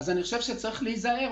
לכן אני חושב שצריך להיזהר.